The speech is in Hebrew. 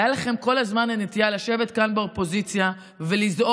הייתה לכם כל הזמן הנטייה לשבת כאן באופוזיציה ולזעוק